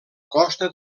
costa